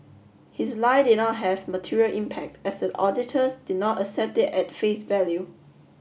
his lie did not have material impact as the auditors did not accept it at face value